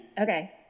Okay